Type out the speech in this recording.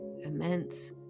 immense